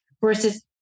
versus